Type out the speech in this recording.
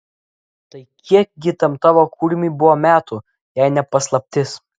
tai kiek gi tam tavo kurmiui buvo metų jei ne paslaptis